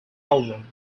album